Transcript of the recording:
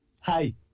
hi